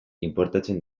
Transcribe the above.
inportatzen